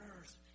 earth